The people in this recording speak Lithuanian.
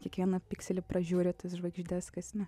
kiekvieną pikselį pražiūri tas žvaigždes kas ne